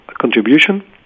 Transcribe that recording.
contribution